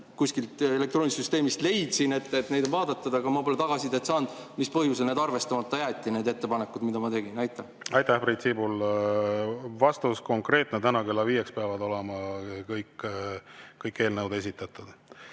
Kuskilt elektroonilisest süsteemist leidsin, et neid on vaadatud, aga ma pole tagasisidet saanud, mis põhjusel arvestamata jäeti need ettepanekud, mida ma tegin. Aitäh, Priit Sibul! Vastus konkreetne: täna kella viieks peavad olema kõik eelnõud esitatud. Erkki